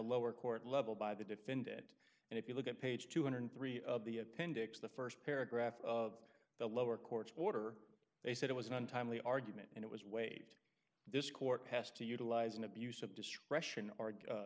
lower court level by the defend it and if you look at page two hundred and three of the appendix the st paragraph of the lower court's order they said it was an untimely argument and it was waived this court has to utilize an abuse of discretion or